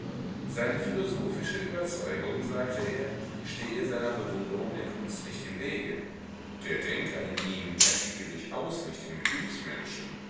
seine philosophische überzeugung sagte er stehe seiner bewunderung der kunst nicht im wege der denker in ihm ersticke durchaus nicht den gefühlsmenschen